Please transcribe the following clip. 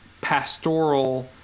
pastoral